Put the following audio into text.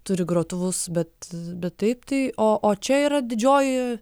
turi grotuvus bet bet taip tai o o čia yra didžioji